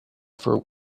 for